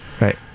right